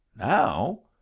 now?